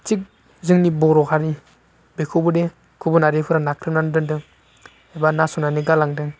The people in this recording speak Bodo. थिग जोंनि बर' हारि बेखौबोदि गुबुनारिफोरा नाख्रेबनानै दोनदों एबा नासयनानै गालांदों